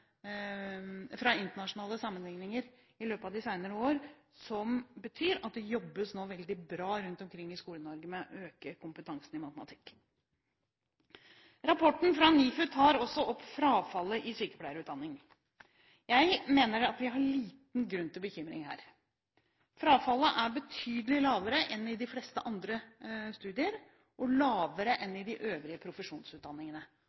fra internasjonale sammenlikninger i løpet av de senere år som betyr at det nå jobbes veldig bra rundt omkring i Skole-Norge med å øke kompetansen i matematikk. Rapporten fra NIFU tar også opp frafallet i sykepleierutdanningen. Jeg mener at vi har liten grunn til bekymring her. Frafallet er betydelig lavere enn i de fleste andre studier, og lavere